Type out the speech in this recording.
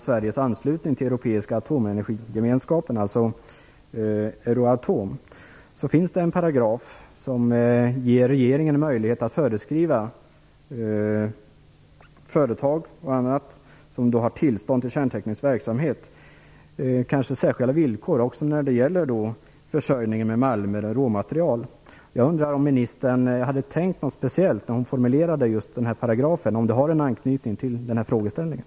Sveriges anslutning till Europeiska atomenergigemenskapen , föreslås en paragraf som ger regeringen möjlighet att föreskriva särskilda villkor för företag och andra med tillstånd till kärnteknisk verksamhet, vid försörjning med malm eller råmaterial. Jag undrar om miljöministern har haft något speciellt i tankarna när hon formulerade denna paragraf, med anknytning till den nu aktuella frågeställningen.